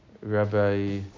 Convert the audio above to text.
Rabbi